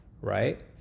right